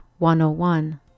101